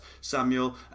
Samuel